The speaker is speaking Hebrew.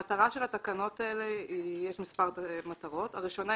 לתקנות האלה יש מספר מטרות: הראשונה,